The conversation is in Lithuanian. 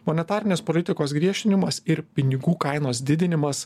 monetarinės politikos griežtinimas ir pinigų kainos didinimas